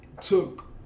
Took